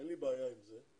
אין לי בעיה עם זה,